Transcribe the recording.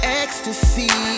ecstasy